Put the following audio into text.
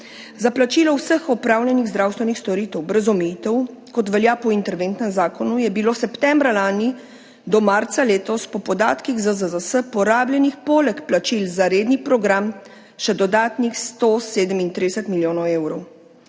Za plačilo vseh opravljenih zdravstvenih storitev brez omejitev, kot velja po interventnem zakonu, je bilo septembra lani do marca letos po podatkih ZZZS porabljenih poleg plačil za redni program še dodatnih 137 milijonov evrov.